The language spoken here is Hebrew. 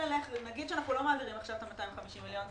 נגיד שאנחנו לא מעבירים עכשיו את 250 המיליון,